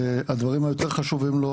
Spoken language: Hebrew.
הדברים היותר חשובים לו,